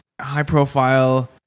high-profile